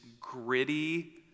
gritty